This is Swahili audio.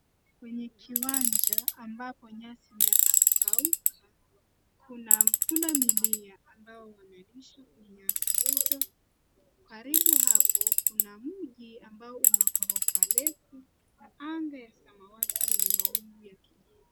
Kwenye kiwanja ambapo nyasi imeanza kukauka ,kuna punda milia ambao wanalisha kwenye nyasi hizo. Karibu hapo kuna mji ambao una ghorofa refu na anga ya samawati yenye mawingu ya kijivu.